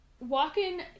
walking